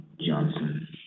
Johnson